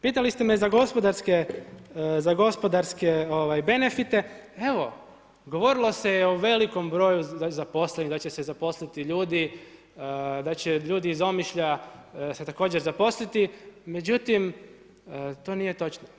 Pitali ste me za gospodarske benefite, evo govorilo se je o velikom broju zaposlenih, da će se zaposliti ljudi, da će ljudi iz Omišlja također se zaposliti, međutim to nije točno.